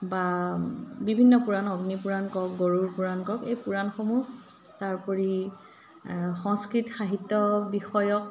বা বিভিন্ন পুৰাণ অগ্নিপুৰাণ কওক গড়ুৰ পুৰাণ কওঁক এই পুৰাণসমূহ তাৰোপৰি সংস্কৃত সাহিত্য বিষয়ক